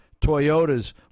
Toyotas